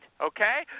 okay